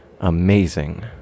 amazing